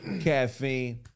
Caffeine